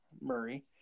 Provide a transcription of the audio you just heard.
Murray